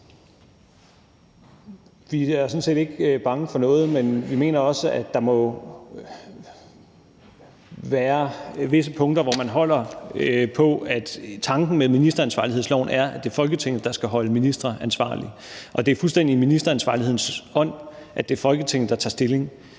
Vi er sådan set ikke bange for noget, men vi mener også, at der må være visse punkter, hvor man fastholder, at tanken med ministeransvarlighedsloven er, at det er Folketinget, der skal holde ministre ansvarlige. Og det er fuldstændig i ministeransvarlighedslovens ånd, at det er Folketinget, der tager stilling,